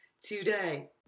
today